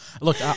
Look